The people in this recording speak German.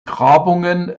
grabungen